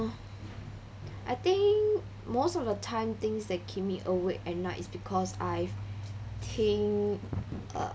I think most of the time things that keep me awake at night is because I think uh